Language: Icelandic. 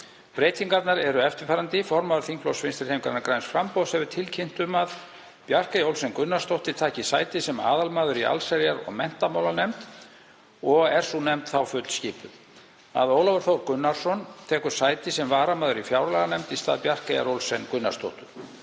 Breytingarnar eru eftirfarandi: Formaður þingflokks Vinstrihreyfingarinnar – græns framboðs hefur tilkynnt um að Bjarkey Olsen Gunnarsdóttir taki sæti sem aðalmaður í allsherjar- og menntamálanefnd og er sú nefnd þá fullskipuð. Ólafur Þór Gunnarsson tekur sæti sem varamaður í fjárlaganefnd í stað Bjarkeyjar Olsen Gunnarsdóttur.